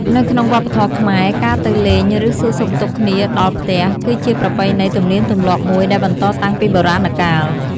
នៅក្បុងវប្បធម៌ខ្មែរ ការទៅលេង ឬ សួរសុខទុក្ខគ្នាដល់ផ្ទះគឺជាប្រពៃណីទំនៀមទម្លាប់មួយដែលបន្តតាំងពីបុរាណកាល។